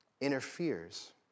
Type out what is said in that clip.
interferes